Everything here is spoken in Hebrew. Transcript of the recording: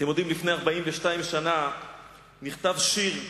אתם יודעים, לפני 42 שנה נכתב שיר,